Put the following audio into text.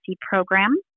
program